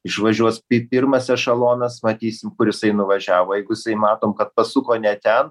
išvažiuos pi pirmas ešelonas matysim kur jisai nuvažiavo jeigu jisai matom kad pasuko ne ten